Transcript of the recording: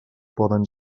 poden